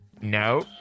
no